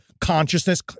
consciousness